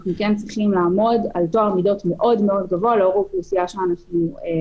אנחנו כן צריכים לעמוד על טוהר מידות מאוד גבוה לאור האוכלוסייה שאנחנו